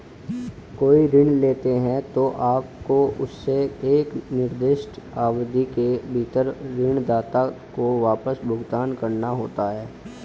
कोई ऋण लेते हैं, तो आपको उसे एक निर्दिष्ट अवधि के भीतर ऋणदाता को वापस भुगतान करना होता है